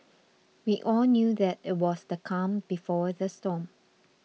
we all knew that it was the calm before the storm